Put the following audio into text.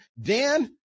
Dan